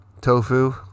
tofu